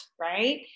right